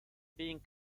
being